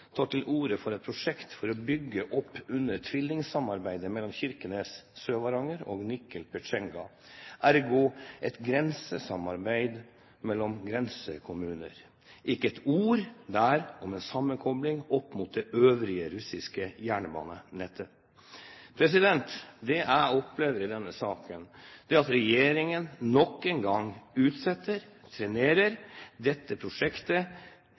tar man til orde for et prosjekt for å bygge opp under tvillingsamarbeidet mellom Kirkenes/Sør-Varanger og Nikel/Pechenga – ergo, et grensesamarbeid mellom grensekommuner, ikke et ord der om en sammenkobling opp mot det øvrige russiske jernbanenettet. I denne saken opplever jeg at regjeringen nok en gang trenerer dette prosjektet